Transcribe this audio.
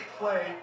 play